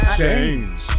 change